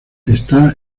está